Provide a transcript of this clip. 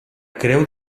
creu